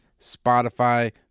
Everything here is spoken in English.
Spotify